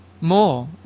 more